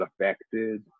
affected